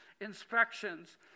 inspections